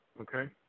Okay